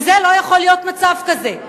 לא יכול להיות מצב כזה.